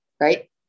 right